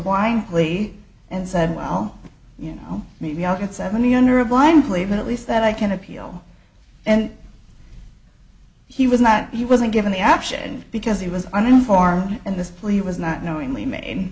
blind plea and said well you know maybe i'll get seventy under a blind plea even at least that i can appeal and he was not he wasn't given the option because he was uninformed and this plea was not knowingly made